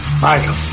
Michael